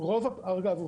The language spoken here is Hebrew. אגב,